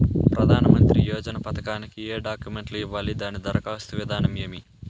ప్రధానమంత్రి యోజన పథకానికి ఏ డాక్యుమెంట్లు ఇవ్వాలి దాని దరఖాస్తు విధానం ఏమి